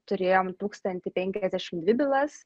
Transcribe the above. turėjom tūkstantį penkiasdešim dvi bylas